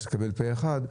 מי בעד?